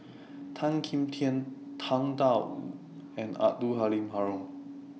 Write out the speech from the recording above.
Tan Kim Tian Tang DA Wu and Abdul Halim Haron